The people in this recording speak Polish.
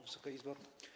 Wysoka Izbo!